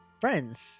Friends